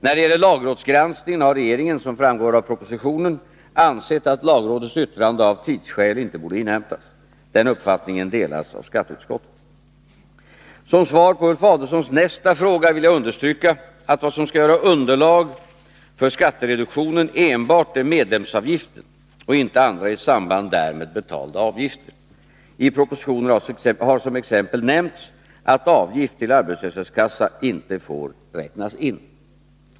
När det gäller lagrådsgranskningen har regeringen — som framgår av propositionen — ansett att lagrådets yttrande av tidsskäl inte borde inhämtas. Denna uppfattning delas av skatteutskottet. Som svar på Ulf Adelsohns nästa fråga vill jag understryka att vad som skall utgöra underlag för skattereduktionen enbart är medlemsavgiften och inte andra i samband därmed betalda avgifter. I propositionen har som exempel nämnts att avgift till arbetslöshetskassa inte får inräknas.